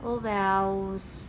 oh wells